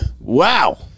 Wow